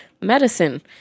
Medicine